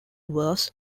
was